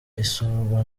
isurwa